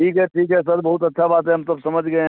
ठीक है ठीक सर बहुत अच्छा बात है हम सब समझ गए हैं